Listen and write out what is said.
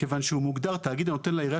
כיוון שהוא מוגדר כך: תאגיד הנותן לעירייה